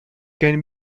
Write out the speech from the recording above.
can